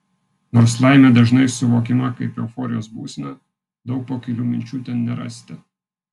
nors laimė dažnai suvokiama kaip euforijos būsena daug pakilių minčių ten nerasite